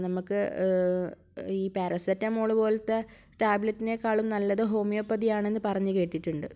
നമുക്ക് ഈ പാരസെറ്റാമോൾ പോലത്തെ ടാബ്ലെറ്റിനെക്കാളും നല്ലത് ഹോമിയോപ്പതി ആണെന്ന് പറഞ്ഞുകേട്ടിട്ടുണ്ട്